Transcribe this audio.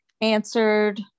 answered